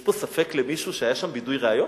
יש פה ספק למישהו שהיה שם בידוי ראיות?